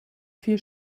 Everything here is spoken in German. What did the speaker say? viel